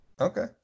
Okay